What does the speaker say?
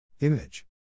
Image